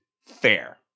fair